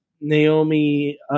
Naomi